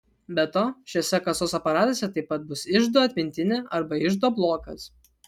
be to šiuose kasos aparatuose taip pat bus iždo atmintinė arba iždo blokas